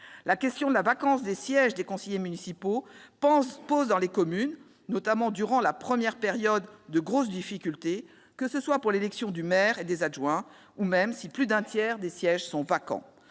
La question de la vacance des sièges de conseiller municipal pose dans les communes, notamment durant la première période, de grosses difficultés, pour l'élection du maire et des adjoints ou si plus d'un tiers des sièges sont vacants.